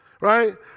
Right